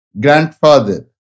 grandfather